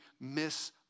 miss